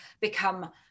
become